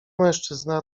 mężczyzna